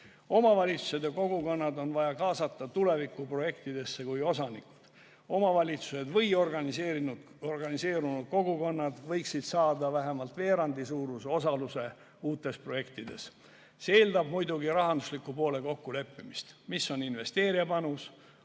Omavalitsused ja kogukonnad on vaja kaasata tulevikuprojektidesse kui osanikud. Omavalitsused või organiseerunud kogukonnad võiksid saada vähemalt veerandi suuruse osaluse uutes projektides. See eeldab muidugi rahandusliku poole kokkuleppimist: milline on investeerija panus,